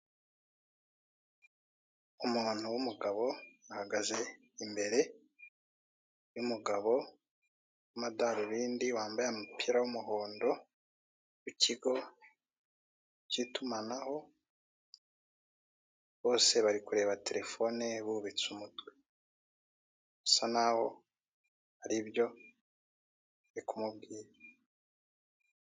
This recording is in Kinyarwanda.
Umuntu w'umugabo ahagaze imbere y'umugabo w'amadarubindi wambaye umupira w'umuhondo w'ikigo cy'itumanaho, bose bari kureba terefone bubitse umutwe. Bisa nkaho hari ibyo bari kumubwira.